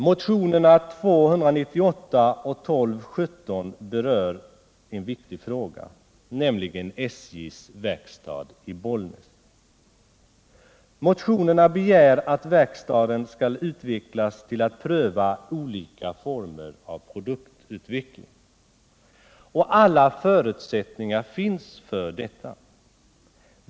Motionerna 298 och 1217 berör en viktig fråga, nämligen SJ:s verkstad i Bollnäs. Motionärerna begär att verkstaden skall utvecklas till att pröva olika former av produktutveckling. Alla förutsättningar finns för detta.